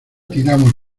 tiramos